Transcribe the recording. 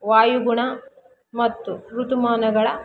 ವಾಯುಗುಣ ಮತ್ತು ಋತುಮಾನಗಳ